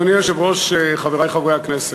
אדוני היושב-ראש, חברי חברי הכנסת,